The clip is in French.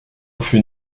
fut